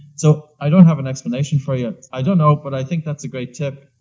so i don't have an explanation for you. i don't know, but i think that's a great tip.